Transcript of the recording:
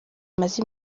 bamaze